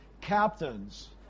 captains